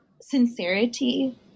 sincerity